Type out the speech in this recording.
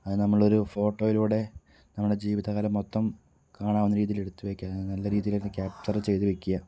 അത് നമ്മളൊര് ഫോട്ടോയിലൂടെ നമ്മുടെ ജീവിതകാലം മൊത്തം കാണാവുന്ന രീതിയിൽ എടുത്ത് വെക്കാവുന്ന നല്ല രീതിയിലത് ക്യാപ്ച്യുറ് ചെയ്ത് വയ്ക്കുക